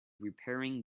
repairing